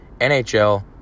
NHL